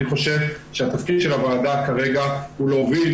אני חושב שהתפקיד של הוועדה כרגע הוא להוביל